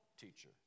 teacher